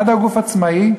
הוא גוף עצמאי,